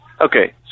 Okay